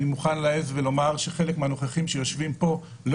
אני מוכן להעז ולומר שחלק מהנוכחים שיושבים פה לא